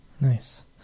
Nice